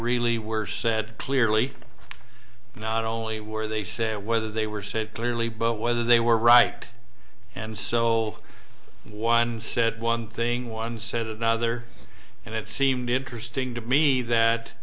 really were said clearly not only were they said whether they were said clearly but whether they were right and so one said one thing one said another and it seemed interesting to me that